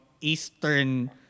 Eastern